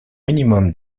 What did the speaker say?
minimum